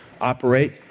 operate